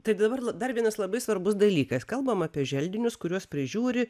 tai dabar dar vienas labai svarbus dalykas kalbam apie želdinius kuriuos prižiūri